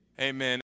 Amen